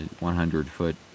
100-foot